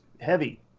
heavy